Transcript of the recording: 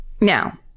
now